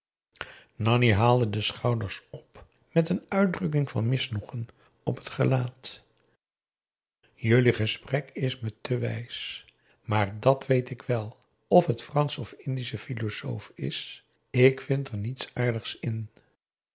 nanni haalde de schouders op met een uitdrukking van misnoegen op het gelaat jullie gesprek is me te wijs maar dàt weet ik wèl of het fransche of indische philosofie is ik vind er niets aardigs in